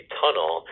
tunnel